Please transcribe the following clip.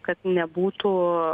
kad nebūtų